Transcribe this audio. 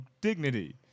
dignity